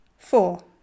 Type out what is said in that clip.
Four